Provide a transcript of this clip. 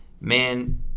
man